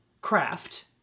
craft